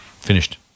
Finished